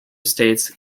states